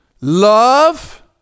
love